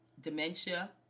dementia